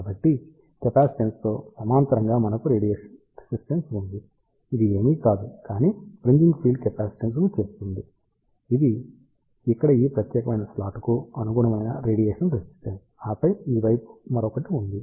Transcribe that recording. కాబట్టి కెపాసిటెన్స్తో సమాంతరంగా మనకు రేడియేషన్ రెసిస్టెన్స్ ఉంది ఇది ఏమీ కాదు కానీ ఫ్రీన్జింగ్ ఫీల్డ్ కెపాసిటెన్స్ను చేస్తుంది ఇది ఇక్కడ ఈ ప్రత్యేకమైన స్లాట్కు అనుగుణమైన రేడియేషన్ రెసిస్టెన్స్ ఆపై ఈ వైపు మరొకటి ఉంది